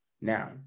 Now